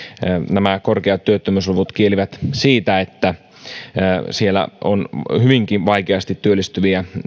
nämä korkeat työttömyysluvut kielivät siitä että on hyvinkin vaikeasti työllistyviä